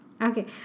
Okay